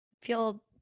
feel